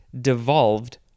devolved